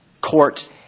court